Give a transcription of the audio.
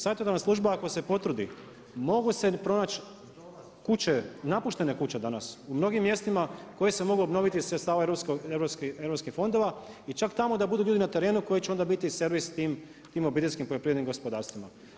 Savjetodavna služba ako se potrudi, mogu se pronaći kuće, napuštene kuće danas, u mnogim mjestima koje se mogu obnoviti sredstvima europskih fondova i čak tamo da budu ljudi na terenu, koji će onda biti servis tim obiteljskim poljoprivrednim gospodarstvima.